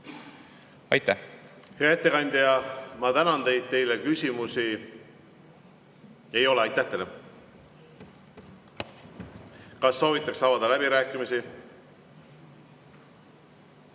Aitäh! Hea ettekandja, ma tänan teid! Teile küsimusi ei ole. Aitäh teile! Kas soovitakse avada läbirääkimisi?